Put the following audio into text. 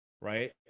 right